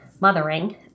mothering